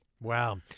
Wow